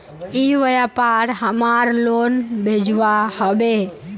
ई व्यापार हमार लोन भेजुआ हभे?